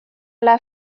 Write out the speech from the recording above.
على